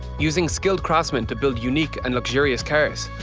using skilled craftsmen to build unique and luxurious cars,